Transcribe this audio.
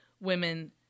women